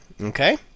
Okay